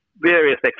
Various